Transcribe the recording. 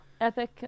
epic